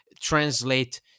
translate